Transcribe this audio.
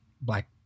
Black